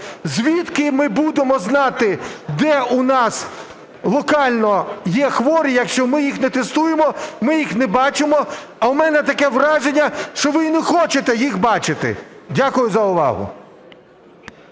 Звідки ми будемо знати, де у нас локально є хворі, якщо ми їх не тестуємо, ми їх не бачимо. А у мене таке враження, що ви і не хочете їх бачити. Дякую за увагу.